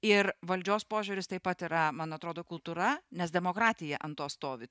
ir valdžios požiūris taip pat yra man atrodo kultūra nes demokratija ant to stovi